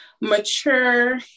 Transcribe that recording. mature